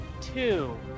two